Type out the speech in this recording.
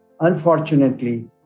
unfortunately